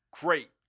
Great